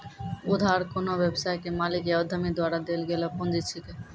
उधार कोन्हो व्यवसाय के मालिक या उद्यमी द्वारा देल गेलो पुंजी छिकै